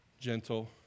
gentle